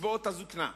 וקצבאות הזיקנה,